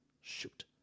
shoot